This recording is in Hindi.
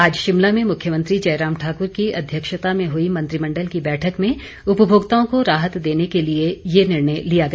आज शिमला में मुख्यमंत्री जयराम ठाकुर की अध्यक्षता में हुई मंत्रिमंडल की बैठक में उपभोक्ताओं को राहत देने के लिए ये निर्णय लिया गया